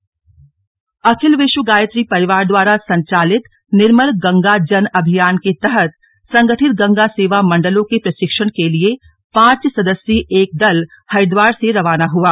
गंगा जन अभियान अखिल विश्व गायत्री परिवार द्वारा संचालित निर्मल गंगा जन अभियान के तहत संगठित गंगा सेवा मंडलों के प्रशिक्षण के लिए पांच सदस्यीय एक दल हरिद्वार से रवाना हुआ